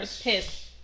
Piss